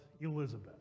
Elizabeth